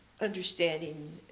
understanding